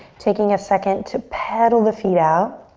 taking a second to pedal the feet out.